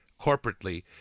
corporately